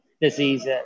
disease